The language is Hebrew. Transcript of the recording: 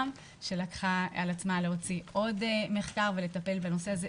שלקחה על עצמה להוציא עוד מחקר ולטפל בנושא הזה,